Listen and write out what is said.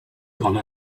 gone